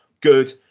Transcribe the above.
good